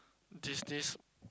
this this